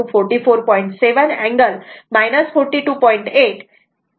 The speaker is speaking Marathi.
7 अँगल 42